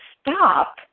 stop